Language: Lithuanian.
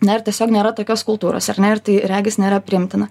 na ir tiesiog nėra tokios kultūros ar ne ir tai regis nėra priimtina